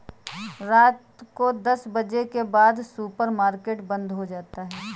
रात को दस बजे के बाद सुपर मार्केट बंद हो जाता है